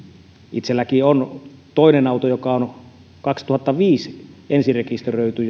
itsellänikin on toinen auto joka on kaksituhattaviisi ensirekisteröity